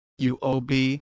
UOB